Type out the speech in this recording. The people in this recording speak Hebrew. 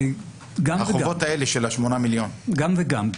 גם וגם.